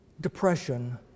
Depression